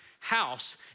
House